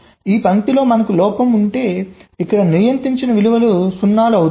ఈ పంక్తిలో మనకు లోపం ఉంటే ఇక్కడ నియంత్రించని విలువలు సున్నాలు అవుతాయి